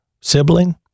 sibling